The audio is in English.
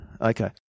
Okay